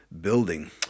building